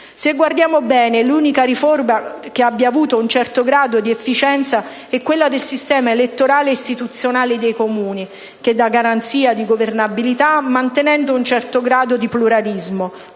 Se guardiamo bene, l'unica riforma che abbia avuto un certo grado di efficienza è quella del sistema elettorale ed istituzionale dei Comuni, che dà garanzia di governabilità mantenendo un certo grado di pluralismo,